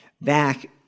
back